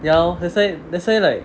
ya lor that's why that's why like